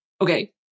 okay